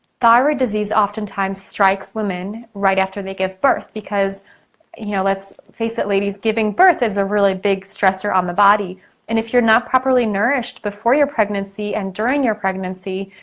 thyroid disease oftentimes strikes women right after they give birth because you know let's face it ladies, giving birth is a really big stressor on the body and if you're not properly nourished before your pregnancy and during your pregnancy,